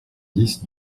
dix